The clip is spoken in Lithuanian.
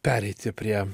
pereiti prie